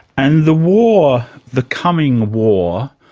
and the war, the coming war,